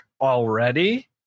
already